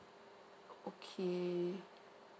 okay